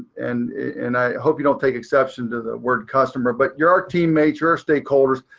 and and i hope you don't take exception to the word customer, but you're our teammates, you're our stakeholders.